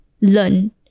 learn